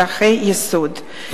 ומצרכי יסוד,